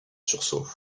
sursaut